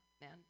man